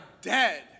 dead